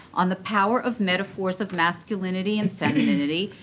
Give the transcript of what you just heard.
on the power of metaphors of masculinity and femininity,